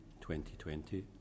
2020